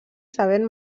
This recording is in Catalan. sabent